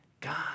God